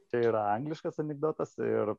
tai yra angliškas anekdotas ir